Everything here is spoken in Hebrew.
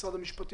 משרד המשפטים,